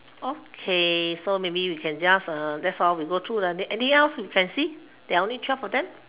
okay so maybe we can just uh that's all we go through the anything else you can see there are only twelve of them